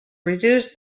reduce